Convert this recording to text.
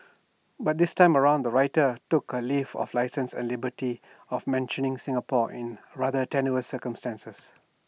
but this time around the writer took A leave of licence and liberty of mentioning Singapore in rather tenuous circumstances